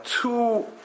two